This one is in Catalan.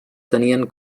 tenien